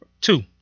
Two